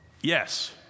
yes